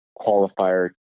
qualifier